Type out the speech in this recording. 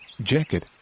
Jacket